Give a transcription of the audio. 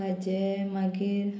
खाजें मागीर